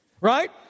right